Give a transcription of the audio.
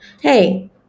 Hey